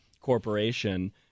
corporation